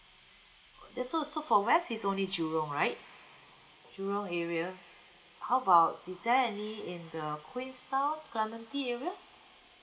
then so so for west is only jurong right jurong area how about is there any in uh queenstown clementi area